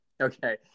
Okay